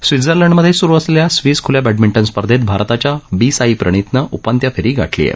Switzerland मध्ये सुरू असलेल्या स्विस खूल्या बॅडमिंटन स्पर्धेत भारताच्या बी साई प्रणितनं उपांत्य फेरी गाठली आहे